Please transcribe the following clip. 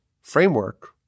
framework